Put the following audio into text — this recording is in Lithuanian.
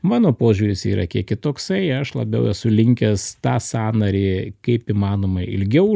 mano požiūris yra kiek kitoksai aš labiau esu linkęs tą sąnarį kaip įmanoma ilgiau